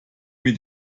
mit